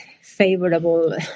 favorable